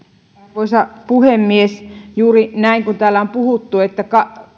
arvoisa puhemies juuri näin kuin täällä on puhuttu että